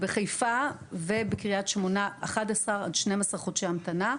בחיפה ובקרית שמונה 12-11 חודשי המתנה.